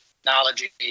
technology